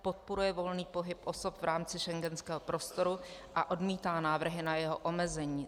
Podporuje volný pohyb osob v rámci schengenského prostoru a odmítá návrhy na jeho omezení.